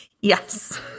Yes